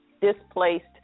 displaced